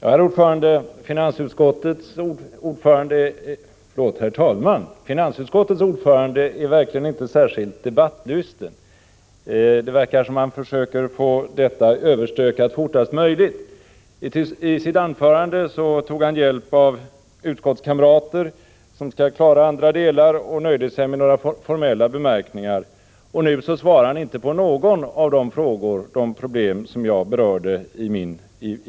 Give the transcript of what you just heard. Herr talman! Finansutskottets ordförande är verkligen inte särskilt debattlysten. Det verkar som om han försökte få detta överstökat fortast möjligt. I sitt anförande tog han hjälp av utskottskamrater som skall klara av andra delar och nöjde sig med några formella bemärkningar, och nu svarar han inte i fråga om något av de problem jag berörde i